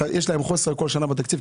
יש להם חוסר כל שנה בתקציב,